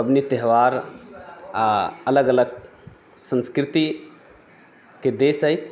पबनि त्यौहार आ अलग अलग सन्स्कृतिके देश अछि